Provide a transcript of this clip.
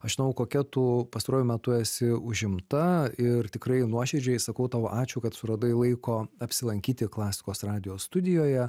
aš žinau kokia tu pastaruoju metu esi užimta ir tikrai nuoširdžiai sakau tau ačiū kad suradai laiko apsilankyti klasikos radijo studijoje